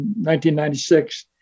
1996